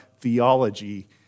theology